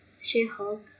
She-Hulk